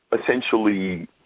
essentially